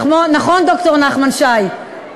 נכון, ד"ר נחמן שי?